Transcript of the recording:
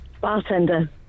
Bartender